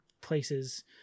places